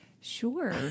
Sure